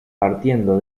partiendo